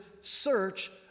search